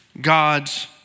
God's